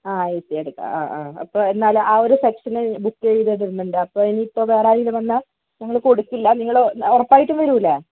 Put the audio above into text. ആ A C എടുക്കാം ആ ആ അപ്പോൾ എന്നാൽ ആ ഒരു സെക്ഷൻ ബുക്ക് ചെയ്ത് ഇടുന്നുണ്ട് അപ്പോൾ ഇനിയിപ്പോൾ വേറെ ആരെങ്കിലും വന്നാൽ ഞങ്ങൾ കൊടുക്കില്ല നിങ്ങൾ ഉറപ്പായിട്ടും വരില്ലേ